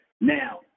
Now